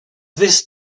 this